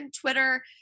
Twitter